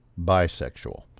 bisexual